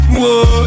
Whoa